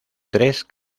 tres